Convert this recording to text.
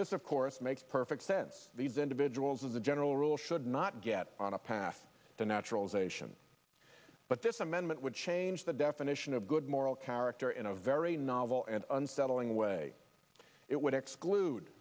this of course makes perfect sense these individuals of the general rule should not get on a path to naturalization but this amendment would change the definition of good moral character in a very novel and unsettling way it would exclude